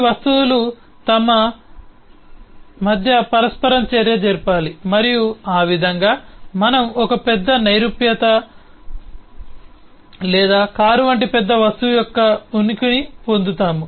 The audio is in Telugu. ఈ వస్తువులు తమ మధ్య పరస్పర చర్య జరపాలి మరియు ఆ విధంగా మనం ఒక పెద్ద నైరూప్యత లేదా కారు వంటి పెద్ద వస్తువు యొక్క ఉనికిని పొందుతాము